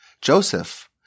Joseph